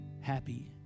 happy